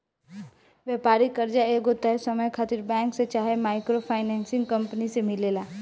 व्यापारिक कर्जा एगो तय समय खातिर बैंक से चाहे माइक्रो फाइनेंसिंग कंपनी से मिलेला